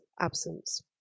absence